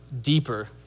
deeper